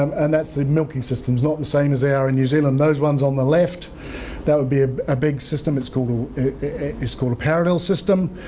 and that's the milking systems not the same as ours in new zealand. those ones on the left that would be ah a big system it's called ah it's called a parallel system,